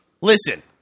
Listen